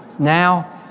Now